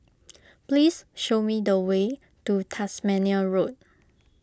please show me the way to Tasmania Road